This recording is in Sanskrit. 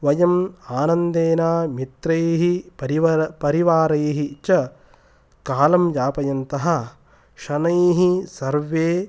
वयम् आनन्देन मित्रैः परिवर् परिवारैः च कालं यापयन्तः शनैः सर्वे